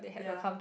ya